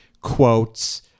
quotes